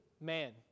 man